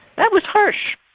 that was harsh.